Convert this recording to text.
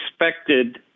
expected